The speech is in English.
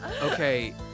Okay